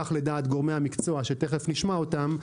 כך לדעת גורמי המקצוע שתיכף נשמע אותם,